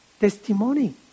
Testimony